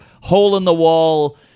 hole-in-the-wall